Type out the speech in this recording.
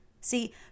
See